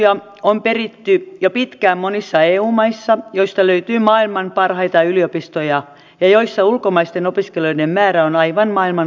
lukukausimaksuja on peritty jo pitkään monissa eu maissa joista löytyy maailman parhaita yliopistoja ja joissa ulkomaisten opiskelijoiden määrä on aivan maailman huippua